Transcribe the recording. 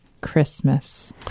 Christmas